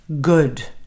good